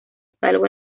salvo